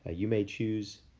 ah you may choose,